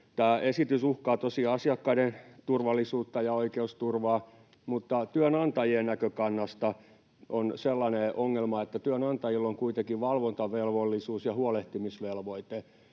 Tämä esitys uhkaa tosiaan asiakkaiden turvallisuutta ja oikeusturvaa, mutta työnantajien näkökannasta on sellainen ongelma, että työnantajilla on kuitenkin valvontavelvollisuus ja huolehtimisvelvoite.